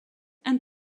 and